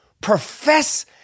profess